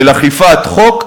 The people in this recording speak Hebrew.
של אכיפת חוק,